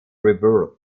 rebirth